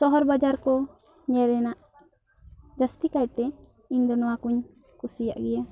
ᱥᱚᱦᱚᱨ ᱵᱟᱡᱟᱨ ᱠᱚ ᱧᱮᱞ ᱨᱮᱱᱟᱜ ᱡᱟᱹᱥᱛᱤ ᱠᱟᱭ ᱛᱮ ᱤᱧ ᱫᱚ ᱱᱚᱣᱟ ᱠᱚ ᱧ ᱠᱩᱥᱤᱭᱟᱜ ᱜᱮᱭᱟ